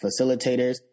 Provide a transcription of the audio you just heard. facilitators